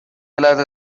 لحظه